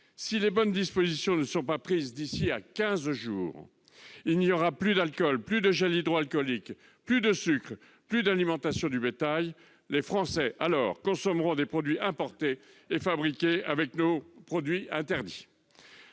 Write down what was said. Si les bonnes dispositions ne sont pas prises d'ici à quinze jours, il n'y aura plus d'alcool- plus de gel hydroalcoolique -, plus de sucre, plus d'alimentation pour le bétail ! Les Français consommeront alors des produits importés et fabriqués avec les substances